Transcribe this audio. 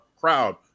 crowd